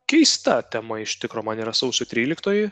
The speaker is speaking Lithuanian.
keista tema iš tikro man yra sausio tryliktoji